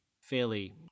fairly